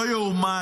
לא ייאמן.